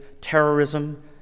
terrorism